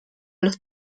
los